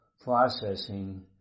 processing